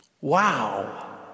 Wow